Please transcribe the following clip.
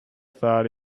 thought